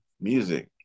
music